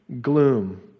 gloom